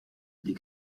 les